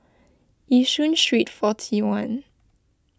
Yishun Street forty one